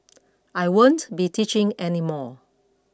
I won't be teaching any more